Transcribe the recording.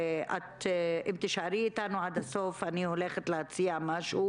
אם תישארי איתנו עד הסוף אני הולכת להציע משהו